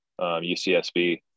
UCSB